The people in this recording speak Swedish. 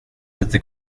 lite